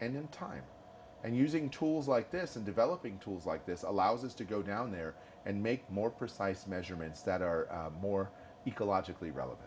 in time and using tools like this and developing tools like this allows us to go down there and make more precise measurements that are more ecologically rel